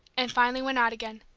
and finally went out again.